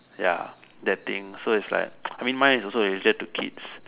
ya that thing so it's like I mean mine is also related to kids